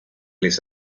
les